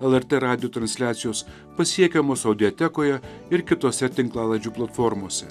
lrt radijo transliacijos pasiekiamos audiotekoje ir kitose tinklalaidžių platformose